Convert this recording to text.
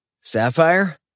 Sapphire